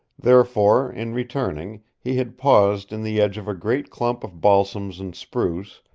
therefore, in returning, he had paused in the edge of a great clump of balsams and spruce,